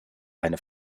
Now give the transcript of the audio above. eine